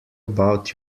about